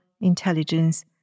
intelligence